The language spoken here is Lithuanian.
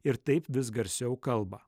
ir taip vis garsiau kalba